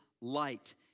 light